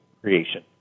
creation